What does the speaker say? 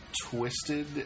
twisted